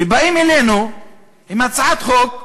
ובאים אלינו עם הצעת חוק שאומרת: